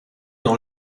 dans